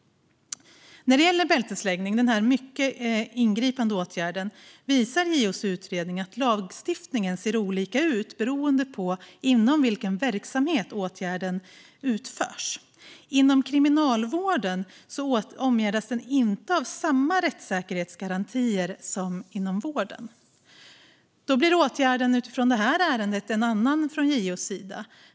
När det gäller den mycket ingripande åtgärden bältesläggning visar JO:s utredning att lagstiftningen ser olika ut beroende på inom vilken verksamhet åtgärden utförs. Inom kriminalvården omgärdas den inte av samma rättssäkerhetsgarantier som inom vården. Åtgärden utifrån det här ärendet blir då en annan från JO:s sida.